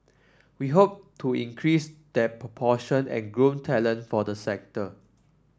we hope to increase that proportion and groom talent for the sector